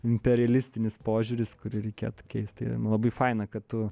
imperialistinis požiūris kurį reikėtų keisti labai faina kad tu